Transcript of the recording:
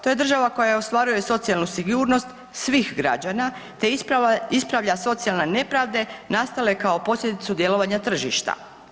To je država koja ostvaruje socijalnu sigurnost svih građana te ispravlja socijalne nepravde nastale kao posljedicu djelovanja tržišta.